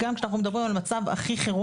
גם כשאנחנו מדברים על מצב הכי חירום